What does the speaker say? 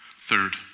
Third